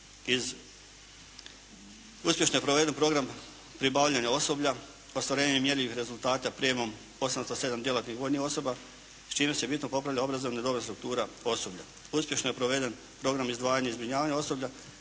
Uspješno je proveden program pribavljanja osoblja, ostvarenjem mjerljivih rezultata prijamom 807 djelatnih vojnih osoba, čime se bitno popravlja obrazovna i dobna struktura osoblja. Uspješno je proveden program izdvajanja i zbrinjavanja osoblja